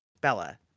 Bella